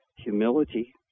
humility